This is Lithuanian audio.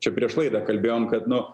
čia prieš laidą kalbėjom kad nu